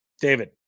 David